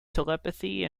telepathy